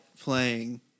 playing